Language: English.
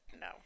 no